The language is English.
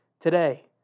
Today